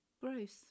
Gross